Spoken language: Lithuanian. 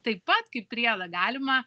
taip pat kaip priedą galima